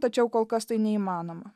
tačiau kol kas tai neįmanoma